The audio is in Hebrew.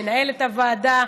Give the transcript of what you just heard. למנהלת הוועדה,